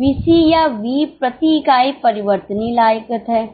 VC या V प्रति इकाई परिवर्तनीय लागत है